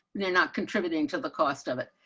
they're not contributing to the cost of it.